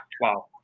Wow